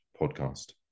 podcast